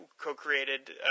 co-created